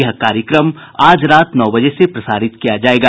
यह कार्यक्रम आज रात नौ बजे से प्रसारित किया जाएगा